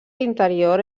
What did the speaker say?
interior